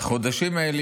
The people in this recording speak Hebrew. בחודשים האלה,